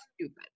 stupid